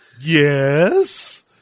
yes